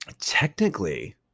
technically